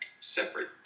separate